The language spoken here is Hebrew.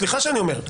סליחה שאני אומר,